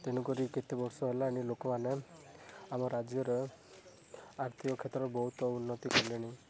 ତେଣୁ କରି କେତେବର୍ଷ ହେଲାଣି ଲୋକମାନେ ଆମ ରାଜ୍ୟର ଆର୍ଥିକକ୍ଷେତ୍ରରେ ବହୁତ ଉନ୍ନତି କଲେଣି